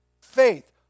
faith